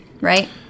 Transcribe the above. right